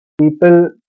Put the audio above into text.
people